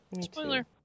Spoiler